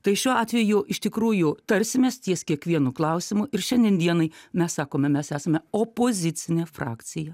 tai šiuo atveju iš tikrųjų tarsimės ties kiekvienu klausimu ir šiandien dienai mes sakome mes esame opozicinė frakcija